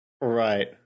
Right